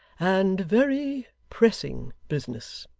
and very pressing business